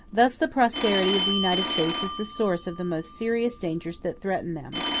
thus the prosperity of the united states is the source of the most serious dangers that threaten them,